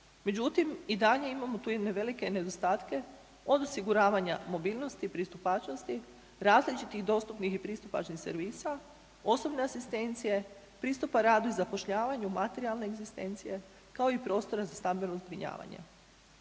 međutim i dalje imamo tu jedne velike nedostatke od osiguravanja mobilnosti, pristupačnosti, različitih dostupnih i pristupačnih servisa, osobne asistencije, pristupa radu i zapošljavanju, materijalne egzistencije kao i prostora za stambeno zbrinjavanje.